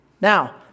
Now